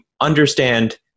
understand